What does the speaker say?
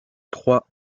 trois